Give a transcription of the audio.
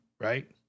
Right